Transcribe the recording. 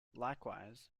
likewise